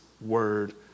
word